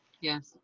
yes